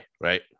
right